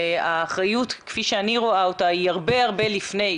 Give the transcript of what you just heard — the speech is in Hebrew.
האחריות כפי שאני רואה אותה היא הרבה לפני.